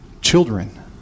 children